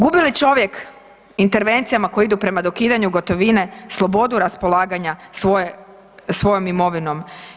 Gubi li čovjek intervencijama koje idu prema dokidanju gotovine slobodu raspolaganja svojom imovinom?